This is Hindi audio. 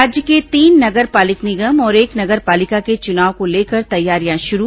राज्य के तीन नगर पालिक निगम और एक नगर पालिका के चुनाव को लेकर तैयारियां शुरू